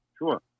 Sure